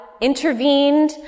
intervened